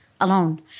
alone